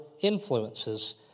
influences